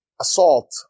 assault